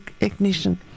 ignition